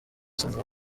sandra